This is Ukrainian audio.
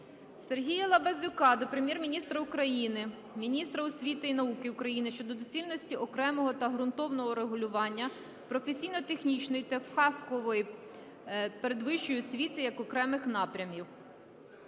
Сергія Лабазюка до Прем'єр-міністра України, міністра освіти і науки України щодо доцільності окремого та ґрунтовного регулювання, професійно-технічної та фахової передвищої освіти, як окремих напрямів.